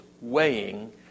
weighing